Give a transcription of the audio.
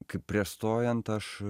kai prieš stojant aš